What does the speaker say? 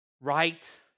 right